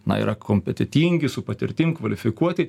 na yra kompetentingi su patirtim kvalifikuoti